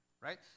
right